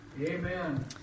Amen